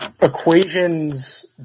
equations